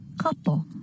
Couple